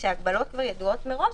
כאשר ההגבלות כבר ידועות מראש,